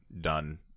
done